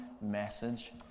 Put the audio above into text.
message